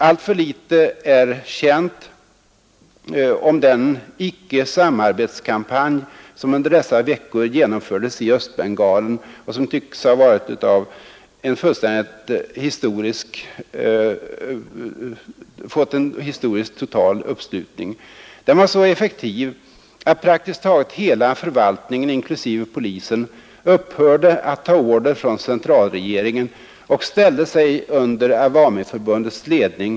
Alltför litet är känt om den icke-samarbetskampanj som under dessa veckor genomfördes i Östbengalen och som tycks ha fått en historiskt total uppslutning. Den var så effektiv att praktiskt taget hela förvaltningen, inklusive polisen, upphörde att ta order från centralregeringen och ställde sig under Awamiförbundets ledning.